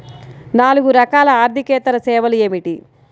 నాలుగు రకాల ఆర్థికేతర సేవలు ఏమిటీ?